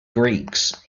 greeks